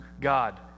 God